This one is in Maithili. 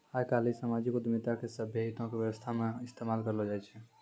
आइ काल्हि समाजिक उद्यमिता के सभ्भे के हितो के व्यवस्था मे इस्तेमाल करलो जाय छै